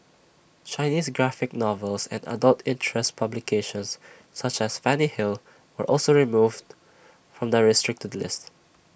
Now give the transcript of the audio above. Chinese graphic novels and adult interest publications such as Fanny hill were also removed from the restricted list